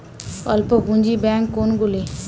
অল্প পুঁজি ব্যাঙ্ক কোনগুলি?